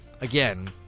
again